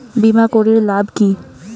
বিমা করির লাভ কি?